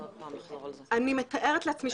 אני מתארת לעצמי שכן.